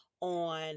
on